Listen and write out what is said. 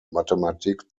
mathematik